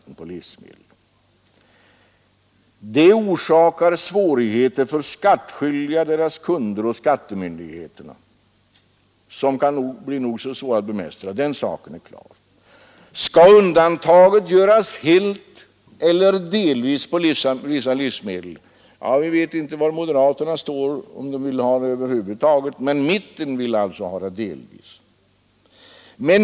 En sådan ändring skulle förorsaka svårigheter för skattskyldiga, för deras kunder och för skattemyndigheterna, svårigheter som kunde bli nog så svåra att bemästra. Skall exempelvis alla livsmedel eller endast vissa undantas från skatt? Vi vet inte var moderaterna står i det fallet eller om man där vill ha någon ändring över huvud taget, men mittenpartierna vill göra undantag för vissa livsmedel.